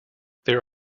there